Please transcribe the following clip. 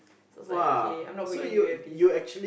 so like okay I'm not going anywhere with this